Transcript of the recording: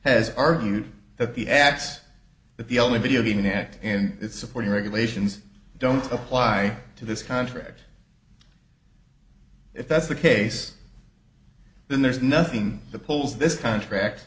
has argued that the acts that the only video being an act and it's supporting regulations don't apply to this contract if that's the case then there's nothing that pulls this contract